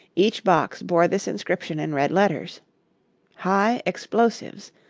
each box bore this inscription in red letters high explosives.